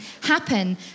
happen